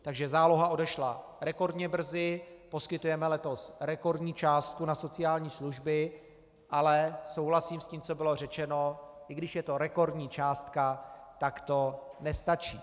Takže záloha odešla rekordně brzy, poskytujeme letos rekordní částku na sociální služby, ale souhlasím s tím, co bylo řečeno, i když je to rekordní částka, tak to nestačí.